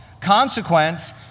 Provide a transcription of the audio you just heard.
consequence